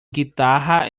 guitarra